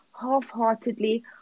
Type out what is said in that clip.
half-heartedly